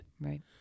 Right